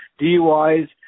DUIs